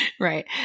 Right